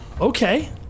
Okay